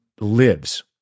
lives